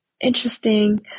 interesting